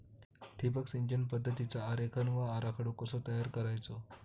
ठिबक सिंचन पद्धतीचा आरेखन व आराखडो कसो तयार करायचो?